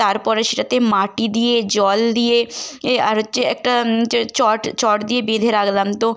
তারপরে সেটাতে মাটি দিয়ে জল দিয়ে এ আর হচ্ছে একটা হচ্ছে চট চট দিয়ে বেঁধে রাখলাম তো